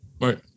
Right